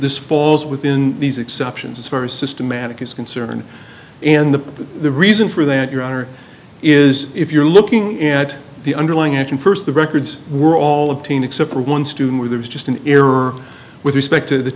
this falls within these exceptions as far as systematic is concerned and the the reason for that your honor is if you're looking at the underlying engine first the records were all of teen except for one student where there was just an error with respect to the